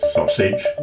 Sausage